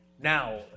now